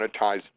monetize